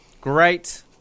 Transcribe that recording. Great